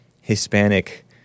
Hispanic